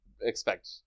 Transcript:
expect